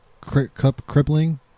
crippling